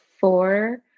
four